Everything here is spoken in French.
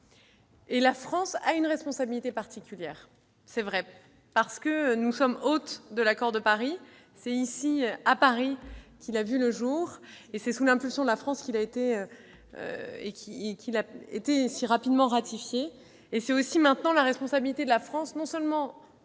raison, a une responsabilité particulière, parce que nous avons été les hôtes de l'accord de Paris. C'est ici que ce dernier a vu le jour et c'est sous l'impulsion de la France qu'il a été si rapidement ratifié. C'est aussi maintenant la responsabilité de la France, non seulement